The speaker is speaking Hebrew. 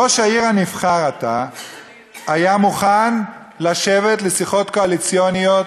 ראש העיר הנבחר עתה היה מוכן לשבת לשיחות קואליציוניות,